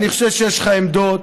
אני חושב שיש לך עמדות.